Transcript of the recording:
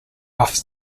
off